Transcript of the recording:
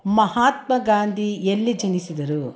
ಮಹಾತ್ಮ ಗಾಂಧಿ ಎಲ್ಲಿ ಜನಿಸಿದರು